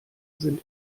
sind